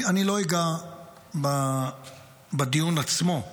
אני לא אגע בדיון עצמו,